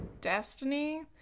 destiny